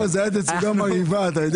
שקלים, אמצעי מיגון ב-11